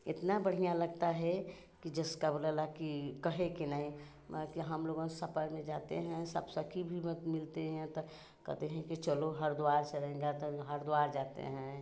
इतना बढ़िया लगता है कि जस का बोला ला कि कहे के नाही कि हम लोग सफ़र में जाते हैं सब सखी भी मिलते हैं तो कहते हैं कि चलो हरिद्वार चलेगा तो हरिद्वार जाते हैं